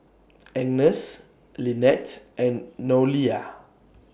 Agnes Linette and Noelia